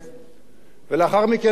ולאחר מכן גם בכנסת.